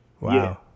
Wow